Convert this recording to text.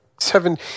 Seven